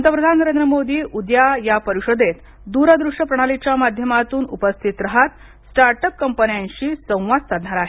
पंतप्रधान नरेंद्र मोदी उद्या या परिषदेत दूर दृश्य प्रणालीच्या माध्यमातून उपस्थित रहातस्टार्ट अप कंपन्यांशी संवाद साधणार आहेत